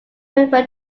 refer